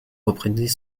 reprenait